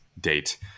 date